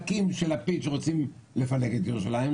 יש את החלק של לפיד שרוצה לפלג את ירושלים,